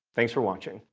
thanks for watching.